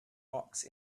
rocks